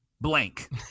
blank